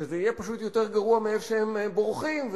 שזה יהיה פשוט יותר גרוע מהמקום שהם בורחים ממנו,